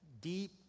deep